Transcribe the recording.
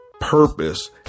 purpose